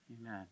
Amen